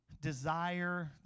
desire